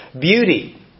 Beauty